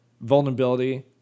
vulnerability